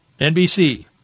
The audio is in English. NBC